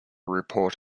report